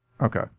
Okay